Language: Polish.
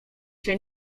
się